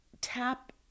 tap